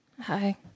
Hi